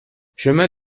chemin